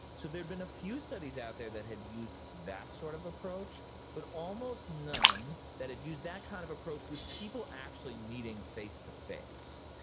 so there've been a few studies out there that had used that sort of approach but almost none that had used that kind of approach with people actually meeting face to face.